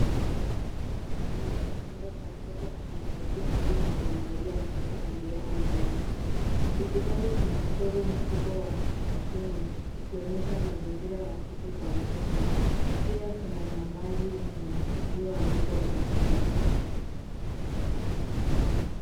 Mwanamke anachungulia kitanda cha mtoto akimsaidia au kumwangalia mtoto aliyeomo ndani. Ukutani kuna mchoro kubwa ya katuni, ukionyesha mazingira rafiki kwa mtoto. Pia Kuna nambari nne iliyoandikwa ukutani.